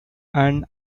and